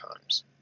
times